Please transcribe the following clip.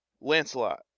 Lancelot